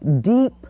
deep